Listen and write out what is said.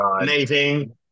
amazing